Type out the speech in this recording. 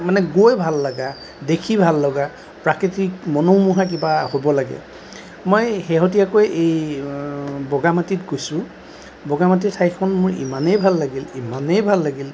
মানে গৈ ভাল লগা দেখি ভাল লগা প্ৰাকৃতিক মনোমোহা কিবা হ'ব লাগে মই শেহতীয়াকৈ মই এই বগামাটিত গৈছোঁ বগামাটি ঠাইখন মোৰ ইমানেই ভাল লাগিল ইমানেই ভাল লাগিল